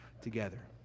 together